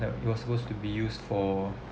that it was supposed to be used for